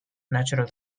natural